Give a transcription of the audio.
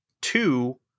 two